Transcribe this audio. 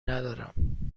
ندارم